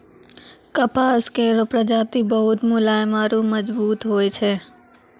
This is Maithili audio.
कपास केरो प्रजाति बहुत मुलायम आरु मजबूत होय छै